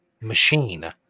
machine